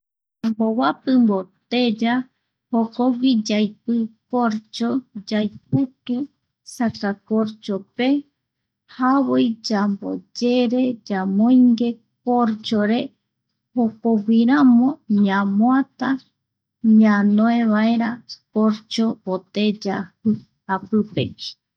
Yambovapi boteya, jokogui yaipi corcho yaikutu sacacorchope javoi yamboyere yamoingue corcho re jokogui ramo ñamoata corcho voteya japipegui.